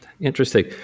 Interesting